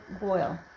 boil